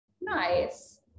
Nice